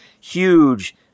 huge